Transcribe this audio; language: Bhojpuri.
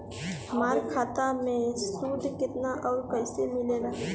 हमार खाता मे सूद केतना आउर कैसे मिलेला?